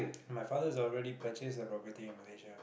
my father has already purchased a property in Malaysia